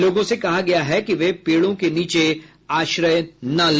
लोगों से कहा गया है कि वे पेड़ों के नीचे आश्रय न ले